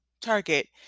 target